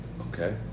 Okay